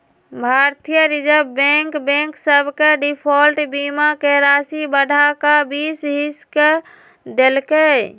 भारतीय reserve bank bank सभ के डिफॉल्ट बीमा के राशि बढ़ा कऽ बीस हिस क देल्कै